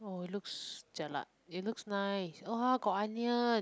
oh it looks jialat it looks nice !whoa! got onion